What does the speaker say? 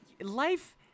life